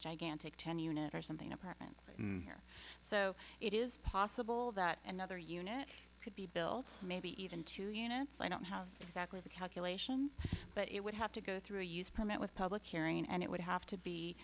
gigantic ten unit or something apartment here so it is possible that another unit could be built maybe even two units i don't have exactly the calculations but it would have to go through a use permit with public hearing and it would have to